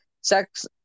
sex